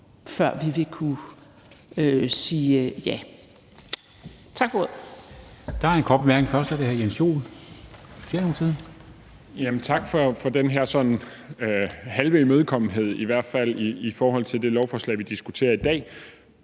Kl. 17:53 Jens Joel (S): Tak for den her sådan halve imødekommenhed, i hvert fald i forhold til det lovforslag, vi diskuterer i dag.